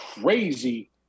crazy